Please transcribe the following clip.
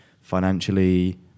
financially